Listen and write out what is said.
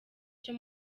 cyo